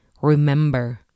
remember